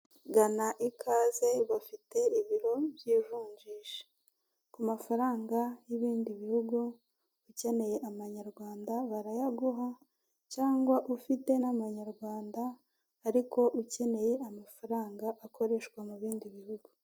Gana ikaze bafite ibiro by'ivunjisha ku mafaranga y'ibindi bihugu ukeneye ama nyarwanda barayaguha cyangwa ufite n'amanyarwanda ariko ukeneye amafaranga akoreshwa mu bindi bihugu.